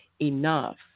enough